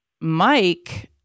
Mike